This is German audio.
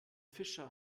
fischer